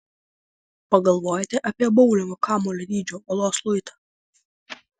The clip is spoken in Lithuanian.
pagalvojate apie boulingo kamuolio dydžio uolos luitą